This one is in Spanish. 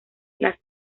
las